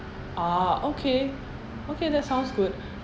ah okay okay that sounds good